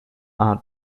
are